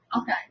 Okay